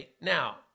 Now